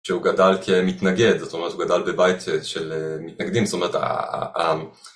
שהוא גדל כמתנגד, זאת אומרת הוא גדל בבית של מתנגדים, זאת אומרת העם.